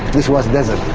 this was desert,